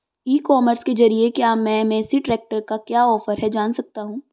ई commerce के ज़रिए क्या मैं मेसी ट्रैक्टर का क्या ऑफर है जान सकता हूँ?